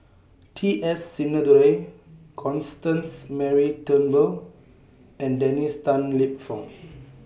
T S Sinnathuray Constance Mary Turnbull and Dennis Tan Lip Fong